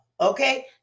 okay